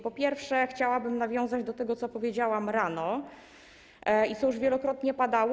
Po pierwsze, chciałabym nawiązać do tego, co powiedziałam rano i co już wielokrotnie padało.